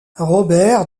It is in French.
robert